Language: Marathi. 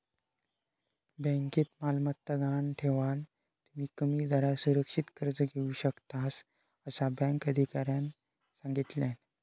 बँकेत मालमत्ता गहाण ठेवान, तुम्ही कमी दरात सुरक्षित कर्ज घेऊ शकतास, असा बँक अधिकाऱ्यानं सांगल्यान